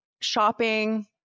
shopping